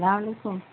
سلام علیکم